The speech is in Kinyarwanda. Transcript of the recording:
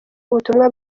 ubutumwa